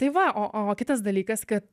tai va o o kitas dalykas kad